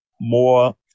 more